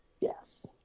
Yes